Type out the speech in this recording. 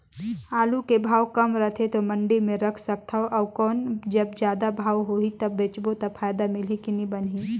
आलू के भाव कम रथे तो मंडी मे रख सकथव कौन अउ जब जादा भाव होही तब बेचबो तो फायदा मिलही की बनही?